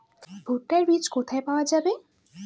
ভুট্টার বিজ কোথায় পাওয়া যাবে?